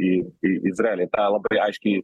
į į izraelį tą labai aiškiai